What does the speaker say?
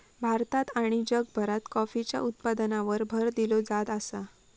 भारतात आणि जगभरात कॉफीच्या उत्पादनावर भर दिलो जात आसा